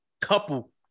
couple